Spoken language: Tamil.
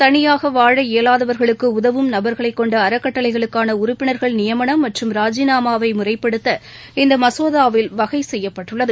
தனியாக வாழ இயலாதவர்களுக்கு உதவும் நபர்களை கொண்ட அறக்கட்டளைகளுக்கான உறுப்பினர்கள் நியமனம் மற்றும் ராஜினாமாவை முறைப்படுத்த இந்த மசோதாவில் வகை செய்யப்பட்டுள்ளது